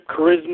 charisma